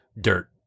dirt